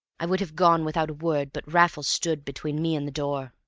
i would have gone without a word but raffles stood between me and the door.